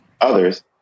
others